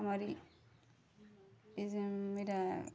ଆମରି ଏ ଯେଉଁ ଇଟା